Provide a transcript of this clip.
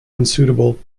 unsuitable